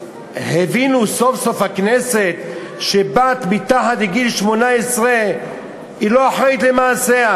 שסוף-סוף הבינה הכנסת שבת מתחת לגיל 18 לא אחראית למעשיה.